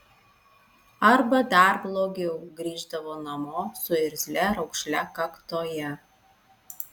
arba dar blogiau grįždavo namo su irzlia raukšle kaktoje